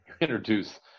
introduce